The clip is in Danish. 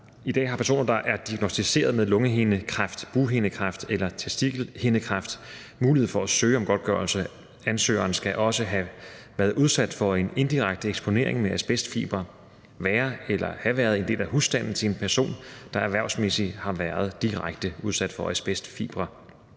I dag har personer, der er diagnosticeret med lungehindekræft, bughindekræft eller testikelhindekræft, mulighed for at søge om godtgørelse. Ansøgeren skal også have været udsat for en indirekte eksponering med asbestfibre eller være eller have været en del af husstanden til en person, der erhvervsmæssigt har været direkte udsat for asbestfibre.